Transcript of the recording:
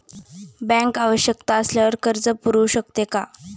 Bank आवश्यकता असल्यावर कर्ज पुरवू शकते का?